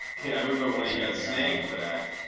okay, i remember when he got snagged for that